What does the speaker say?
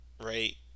right